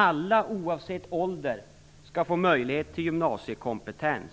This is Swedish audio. Alla - oavsett ålder - skall få möjlighet till gymnasiekompetens,